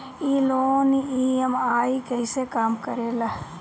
ई loan EMI कईसे काम करेला?